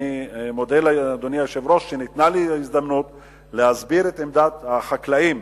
אני מודה לאדוני היושב-ראש שניתנה לי ההזדמנות להסביר את עמדת החקלאים,